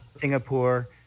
Singapore